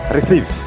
Receive